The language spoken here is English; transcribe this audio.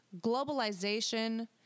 globalization